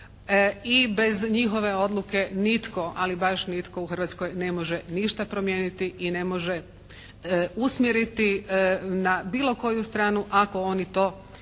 i bez njihove odluke nitko, ali baš nitko u Hrvatskoj ne može ništa promijeniti i ne može usmjeriti na bilo koju stranu ako oni to